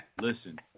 Listen